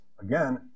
again